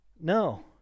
no